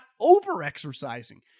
over-exercising